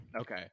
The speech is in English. Okay